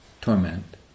torment